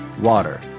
Water